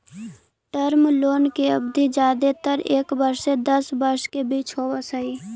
term loan के अवधि जादेतर एक वर्ष से दस वर्ष के बीच होवऽ हई